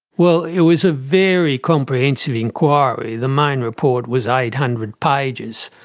well, it was a very comprehensive inquiry. the main report was eight hundred pages.